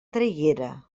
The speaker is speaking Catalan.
traiguera